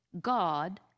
God